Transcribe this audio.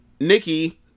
Nikki